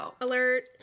alert